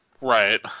Right